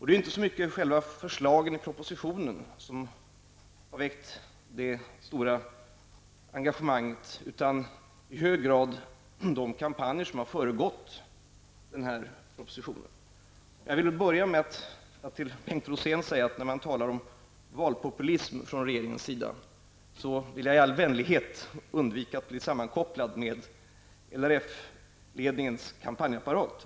Det är inte så mycket själva förslagen i propositionen som har väckt det stora engagemanget, utan det är i hög grad de kampanjer som har föregått propositionen. Jag vill börja med att till Bengt Rosén säga att när man talar om valpopulism från regeringens sida vill jag i all vänlighet undvika att bli sammankopplad med LRF-ledningens kampanjapparat.